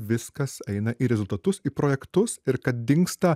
viskas eina į rezultatus į projektus ir kad dingsta